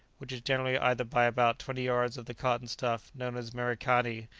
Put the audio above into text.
which is generally either by about twenty yards of the cotton stuff known as merikani,